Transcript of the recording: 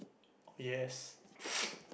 yes